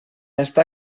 estar